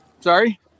Sorry